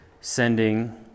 sending